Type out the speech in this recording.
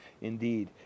indeed